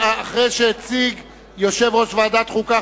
אחרי שהציג יושב-ראש ועדת החוקה,